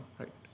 right